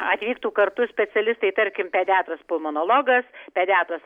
atvyktų kartu specialistai tarkim pediatras pulmonologas pediatras